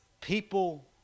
people